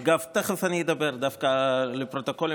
אגב, תכף אני אדבר דווקא על הפרוטוקול.